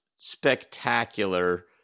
spectacular